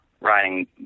riding